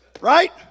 Right